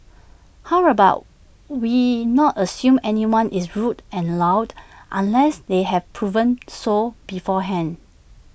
how about we not assume anyone is rude and loud unless they have proven so beforehand